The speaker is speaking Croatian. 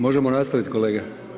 Možemo nastavit kolega?